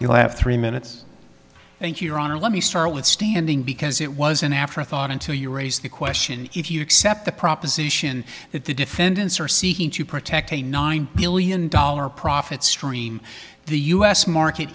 you'll have three minutes thank you your honor let me start with standing because it was an afterthought until you raise the question if you accept the proposition that the defendants are seeking to protect a nine billion dollar profit stream the u s market